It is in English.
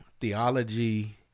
theology